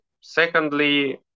Secondly